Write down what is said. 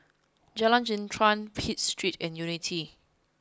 Jalan Jintan Pitt Street and Unity